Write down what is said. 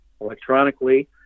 electronically